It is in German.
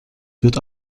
wird